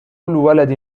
ولد